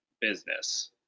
business